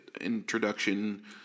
introduction